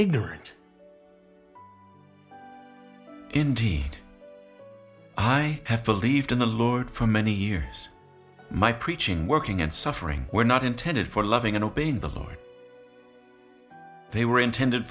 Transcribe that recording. ignorant indeed i have believed in the lord for many years my preaching working and suffering were not intended for loving and obeying the lord they were intended